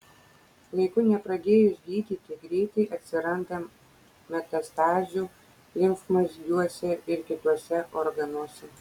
laiku nepradėjus gydyti greitai atsiranda metastazių limfmazgiuose ir kituose organuose